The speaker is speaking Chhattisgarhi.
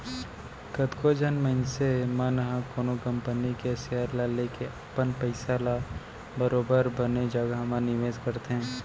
कतको झन मनसे मन ह कोनो कंपनी के सेयर ल लेके अपन पइसा ल बरोबर बने जघा म निवेस करथे